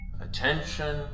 Attention